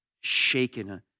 shaken